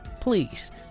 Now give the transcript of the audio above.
please